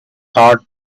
hot